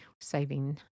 Saving